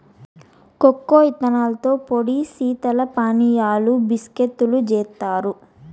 cocoa ఇత్తనాలతో పొడి శీతల పానీయాలు, బిస్కేత్తులు జేత్తారు